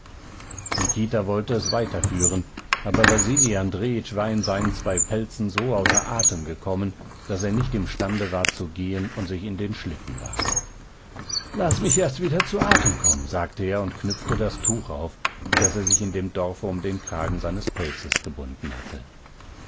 nikita wollte es weiterführen aber wasili andrejitsch war in seinen zwei pelzen so außer atem gekommen daß er nicht imstande war zu gehen und sich in den schlitten warf laß mich erst wieder zu atem kommen sagte er und knüpfte das tuch auf das er sich in dem dorfe um den kragen seines pelzes gebunden hatte